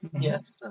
Yes